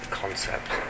concept